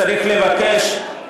צריך לבקש.